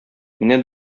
менә